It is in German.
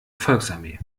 volksarmee